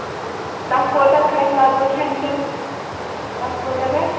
آچھا تَتھ کوتاہ کھَسہِ لگ بگ کھٮ۪ن چٮ۪ن تَتھ کوتاہ گژھِ